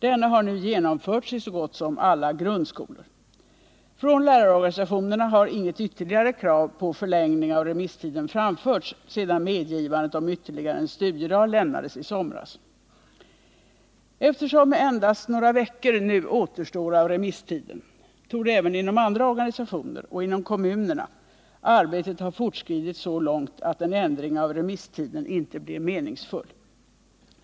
Denna har nu genomförts i så gott som alla grundskolor. Från lärarorganisationerna har inget ytterligare krav på förlängning av remisstiden framförts sedan medgivandet om ytterligare en studiedag lämnades i somras. Eftersom endast några veckor nu återstår av remisstiden, torde även inom andrä organisationer och inom kommunerna arbetet ha fortskridit så långt att en ändring av remisstiden inte blir meningsfull.